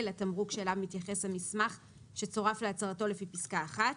לתמרוק שאליו מתייחס המסמך שצורף להצהרתו לפי פסקה (1).